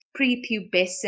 prepubescent